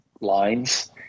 lines